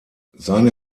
seine